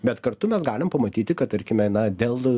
bet kartu mes galim pamatyti kad tarkime na dėl